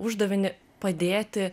uždavinį padėti